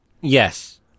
Yes